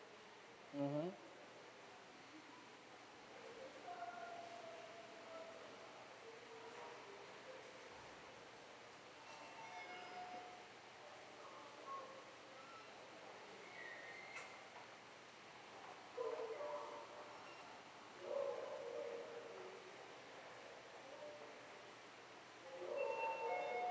mmhmm